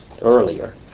earlier